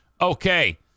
Okay